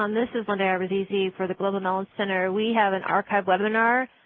um this is linda abbruzzese for the global knowledge center. we have an archive webinar